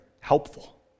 helpful